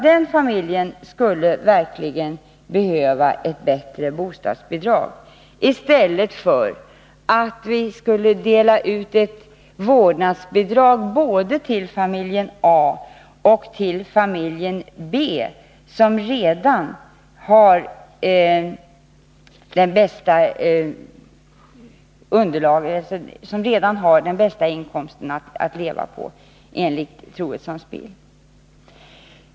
Den familjen skulle verkligen behöva ett bättre bostadsbidrag, i stället för att vi skulle dela ut ett vårdnadsbidrag både till familjen A och till familjen B, som redan har den bästa inkomsten att leva på, enligt Ingegerd Troedssons bild.